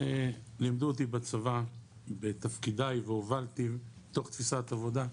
לימדו אותי בצבא בתפקידיי והובלתי תוך תפיסת עבודה,